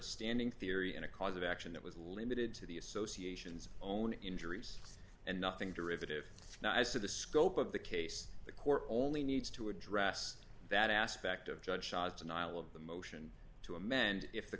standing theory in a cause of action that was limited to the associations own injuries and nothing derivative of the scope of the case the court only needs to address that aspect of judge denial of the motion to amend if the